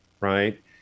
right